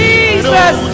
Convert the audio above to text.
Jesus